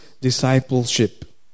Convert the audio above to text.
discipleship